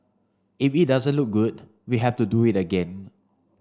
if it doesn't look good we have to do it again